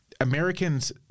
Americans